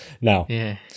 Now